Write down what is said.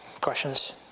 Questions